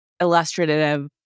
illustrative